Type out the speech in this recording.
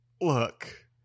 look